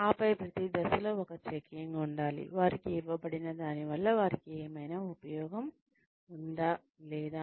ఆపై ప్రతి దశలో ఒక చెకింగ్ ఉండాలి వారికి ఇవ్వబడిన దాని వల్ల వారికి ఏమైనా ఉపయోగం ఉందా లేదా